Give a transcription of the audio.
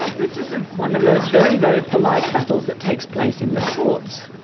this is ah one of those very, very polite battles that takes place in the courts.